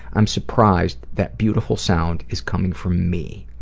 i'm surprised that beautiful sound is coming from me.